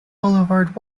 boulevard